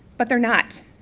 but they're not.